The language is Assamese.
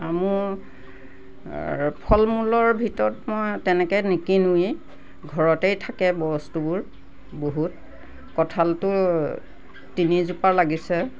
আৰু মোৰ আহ ফল মূলৰ ভিতৰত মই তেনেকে নিকিনোঁৱে ঘৰতেই থাকে বস্তুবোৰ বহুত কঁঠালতো তিনিজোপা লাগিছে